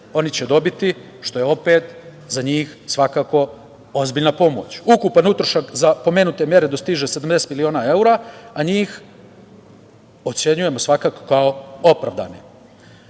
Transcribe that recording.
oni dobiti, što je opet za njih svakako ozbiljna pomoć. Ukupan utrošak za pomenute mere dostiže 70 miliona evra, a njih ocenjujemo svakako kao opravdane. Poslovanje